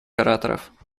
ораторов